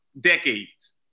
decades